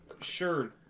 sure